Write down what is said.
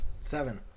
Seven